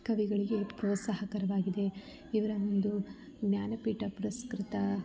ಕವಿಗಳಿಗೆ ಪ್ರೋತ್ಸಾಹಕರವಾಗಿದೆ ಇವರನೊಂದು ಜ್ಞಾನಪೀಠ ಪುರಸ್ಕೃತ